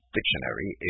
Dictionary